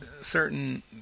certain